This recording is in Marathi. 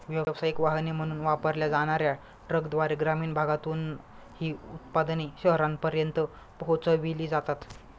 व्यावसायिक वाहने म्हणून वापरल्या जाणार्या ट्रकद्वारे ग्रामीण भागातून ही उत्पादने शहरांपर्यंत पोहोचविली जातात